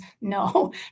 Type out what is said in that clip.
no